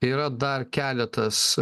yra dar keletas